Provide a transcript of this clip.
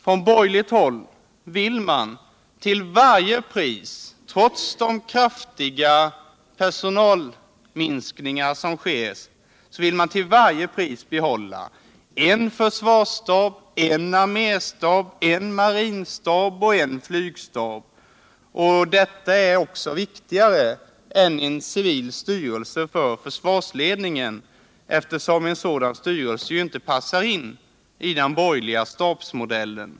Från borgerligt håll vill man till varje pris, trots de kraftiga personalminskningar som sker, behålla en försvarsstab, en arméstab, en marinstab och en flygstab. Detta är också viktigare än en civil styrelse för försvarsledningen, eftersom en sådan styrelse ju inte passar in i den borgerliga stabsmodellen.